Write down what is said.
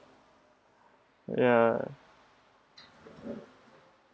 ya